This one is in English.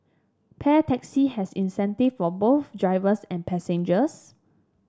Pair Taxi has incentive for both drivers and passengers